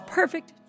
perfect